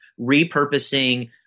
repurposing